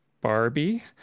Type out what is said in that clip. Barbie